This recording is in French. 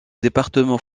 département